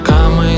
Come